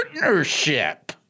partnership